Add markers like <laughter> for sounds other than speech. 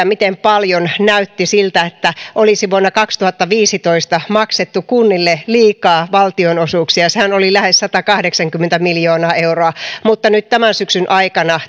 <unintelligible> miten näytti siltä että olisi vuonna kaksituhattaviisitoista maksettu kunnille paljon liikaa valtionosuuksia sehän oli lähes satakahdeksankymmentä miljoonaa euroa mutta nyt tämän syksyn aikana